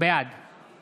בעד